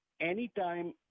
anytime